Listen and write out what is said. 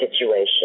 situation